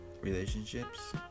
relationships